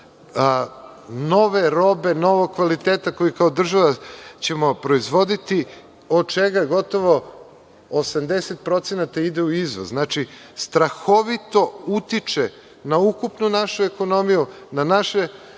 nove robe, novog kvaliteta, koji kao država ćemo proizvoditi, od čega gotovo 80% ide u izvoz. Znači, strahovito utiče na ukupnu našu ekonomiju, na naše